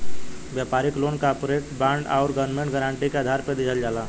व्यापारिक loan corporate bond आउर government guarantee के आधार पर दिहल जाला